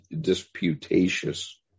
disputatious